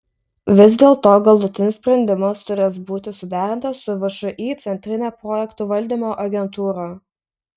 vis dėlto galutinis sprendimas turės būti suderintas su všį centrine projektų valdymo agentūra